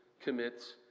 commits